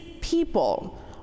people